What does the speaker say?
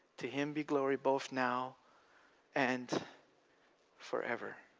to him be glory both now and forever.